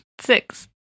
Six